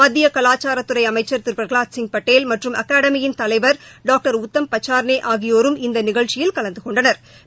மத்திய கலாச்சாரத்துறை அமைச்ச் திரு பிரகலாத்சிங் படேல் மற்றும் அகாடமியின் தலைவர் டாக்டர் உத்தம் பச்சாா்னே ஆகியோரும் இந்த நிகழ்ச்சியில் கலந்து கொண்டனா்